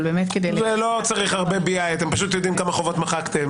אבל באמת כדי --- לא צריך הרבה BI. אתם פשוט יודעים כמה חובות מחקתם.